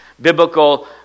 biblical